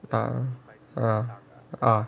ah ya ah